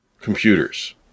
computers